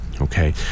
okay